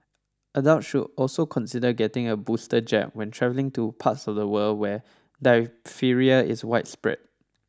adults should also consider getting a booster jab when traveling to parts of the world where diphtheria is widespread